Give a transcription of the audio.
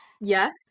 Yes